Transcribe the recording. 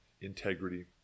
integrity